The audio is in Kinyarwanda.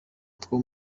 two